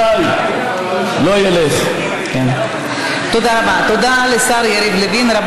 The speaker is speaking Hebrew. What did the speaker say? לדאוג, כן, לחינוך ילדיהן.